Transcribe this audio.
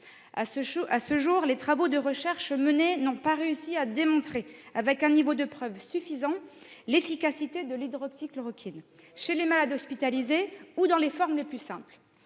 À ce jour, les travaux de recherche conduits n'ont pas réussi à démontrer avec un niveau de preuve suffisant l'efficacité de l'hydroxychloroquine chez les malades hospitalisés ou dans les formes les plus simples